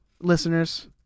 listeners